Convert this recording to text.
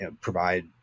provide